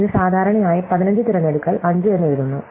ഇത് സാധാരണയായി 15 തിരഞ്ഞെടുക്കൽ 5 എന്ന് എഴുതുന്നു